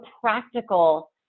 practical